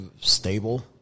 stable